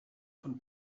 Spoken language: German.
von